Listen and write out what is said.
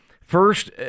First